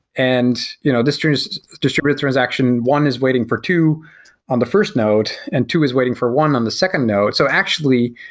and you know distributed distributed transaction, one is waiting for two on the first note, and two is waiting for one on the second note. so, actually,